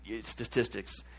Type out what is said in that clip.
statistics